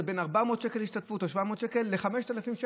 בין 400 שקל השתתפות או 700 שקל או 5,000,